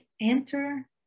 enter